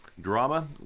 drama